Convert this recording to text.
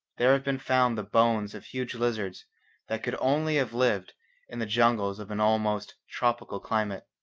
there have been found the bones of huge lizards that could only have lived in the jungles of an almost tropical climate.